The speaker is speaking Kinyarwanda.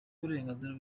uburenganzira